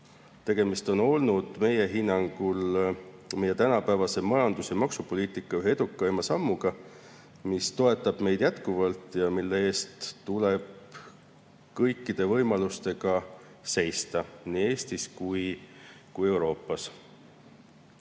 Tegemist on olnud meie hinnangul meie tänapäevase majandus- ja maksupoliitika ühe edukaima [lahendusega], mis toetab meid jätkuvalt ja mille eest tuleb kõiki võimalusi kasutades seista nii Eestis kui ka Euroopas.